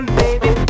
baby